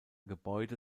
gebäude